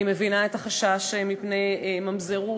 אני מבינה את החשש מפני ממזרות,